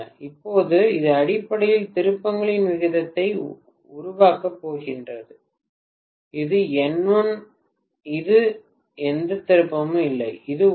இப்போது இது அடிப்படையில் திருப்பங்களின் விகிதத்தை உருவாக்கப் போகிறது இது N இது எந்த திருப்பமும் இல்லை இது 1